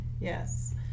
Yes